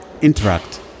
interact